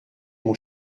mon